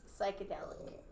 psychedelic